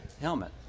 Helmet